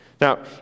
Now